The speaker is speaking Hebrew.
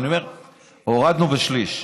הורדנו בשליש.